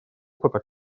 опыта